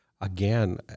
again